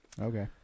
Okay